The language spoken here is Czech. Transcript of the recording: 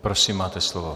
Prosím, máte slovo.